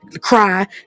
cry